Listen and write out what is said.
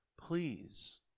Please